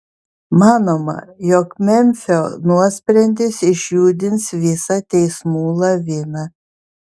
manoma jog memfio nuosprendis išjudins visą teismų laviną